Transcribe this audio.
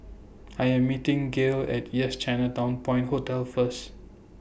I Am meeting Gale At Yes Chinatown Point Hotel First